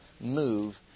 move